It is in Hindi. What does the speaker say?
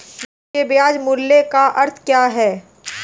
निवेश के ब्याज मूल्य का अर्थ क्या है?